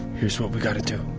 here's what we're going to do.